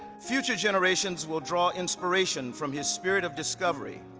future generations will draw inspiration from his spirit of discovery.